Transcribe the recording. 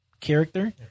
character